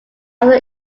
other